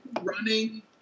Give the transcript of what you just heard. running